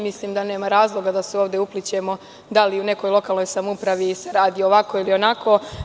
Mislim da nema razloga da se ovde uplićemo da li u jednoj lokalnoj samoupravi se radi ovako ili onako.